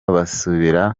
basubira